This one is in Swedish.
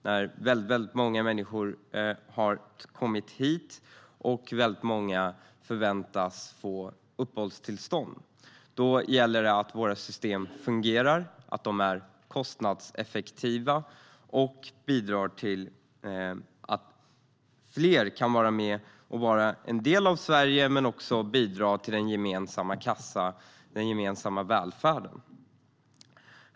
När så många människor kommer hit och förväntas få uppehållstillstånd gäller det att våra system fungerar, är kostnadseffektiva och gör så att fler kan bli en del av Sverige och bidra till den gemensamma kassan och den gemensamma välfärden.